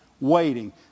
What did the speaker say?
waiting